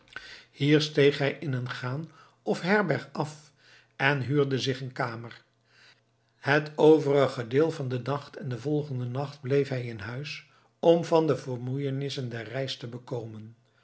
hier steeg hij in een chan of herberg af en huurde zich een kamer het overige deel van den dag en den volgenden nacht bleef hij in huis om van de vermoeienissen der reis te bekomen